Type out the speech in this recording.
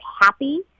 happy